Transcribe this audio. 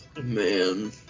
man